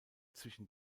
zwischen